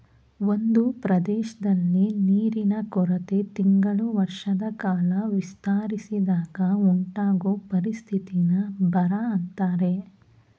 ಒಂದ್ ಪ್ರದೇಶ್ದಲ್ಲಿ ನೀರಿನ ಕೊರತೆ ತಿಂಗಳು ವರ್ಷದಕಾಲ ವಿಸ್ತರಿಸಿದಾಗ ಉಂಟಾಗೊ ಪರಿಸ್ಥಿತಿನ ಬರ ಅಂತಾರೆ